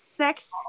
Sex